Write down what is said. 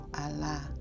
Allah